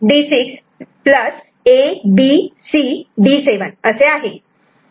D7 असे आहे